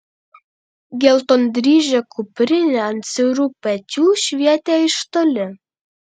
geltondryžė kuprinė ant siaurų pečių švietė iš toli